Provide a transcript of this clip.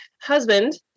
husband